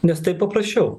nes taip paprasčiau